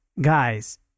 guys